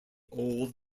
old